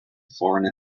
foreign